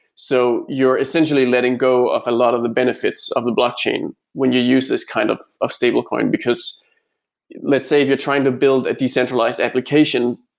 so you're essentially letting go of a lot of the benefits of the blockchain when you use this kind of stablecoin, because let's say if you're trying to build a decentralized application,